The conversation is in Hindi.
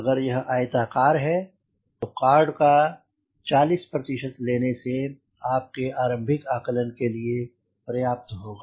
अगर यह आयताकार है तो कॉर्ड का 40 लेने से आपके आरम्भिक आकलन के लिए पर्याप्त होगा